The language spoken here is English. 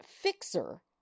fixer